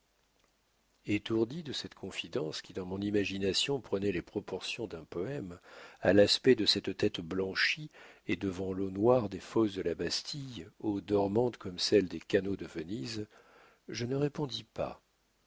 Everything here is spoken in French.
étourdi de cette confidence qui dans mon imagination prenait les proportions d'un poème à l'aspect de cette tête blanchie et devant l'eau noire des fossés de la bastille eau dormante comme celle des canaux de venise je ne répondis pas